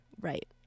right